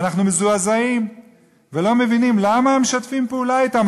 אנחנו מזועזעים ולא מבינים למה הם משתפים פעולה אתם.